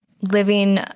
living